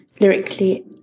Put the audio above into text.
lyrically